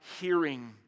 hearing